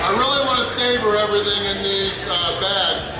ah really want to savor everything in these bags.